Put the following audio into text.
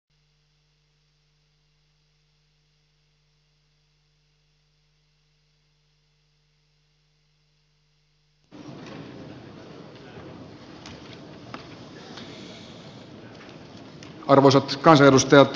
arvoisat kansanedustajat